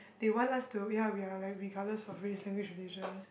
they want us to ya we're like regardless of race language and religions